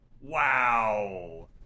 Wow